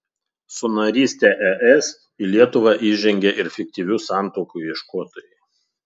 su naryste es į lietuvą įžengė ir fiktyvių santuokų ieškotojai